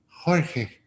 Jorge